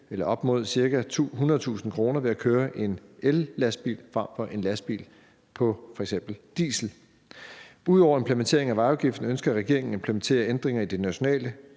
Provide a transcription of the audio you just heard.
på op mod ca. 100.000 kr. ved at køre en ellastbil frem for en lastbil på f.eks. diesel. Ud over implementeringen af vejafgiften ønsker regeringen at implementere ændringer i de nationale